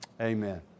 Amen